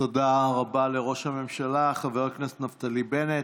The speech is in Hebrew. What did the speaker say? תודה רבה לראש הממשלה חבר הכנסת נפתלי בנט.